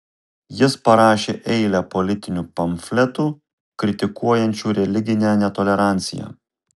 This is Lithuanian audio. jis parašė eilę politinių pamfletų kritikuojančių religinę netoleranciją